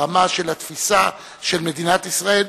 ברמה של התפיסה של מדינת ישראל,